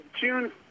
June